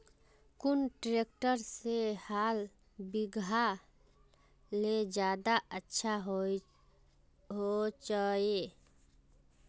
कुन ट्रैक्टर से हाल बिगहा ले ज्यादा अच्छा होचए?